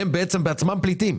הם בעצם עצמם פליטים.